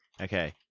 Okay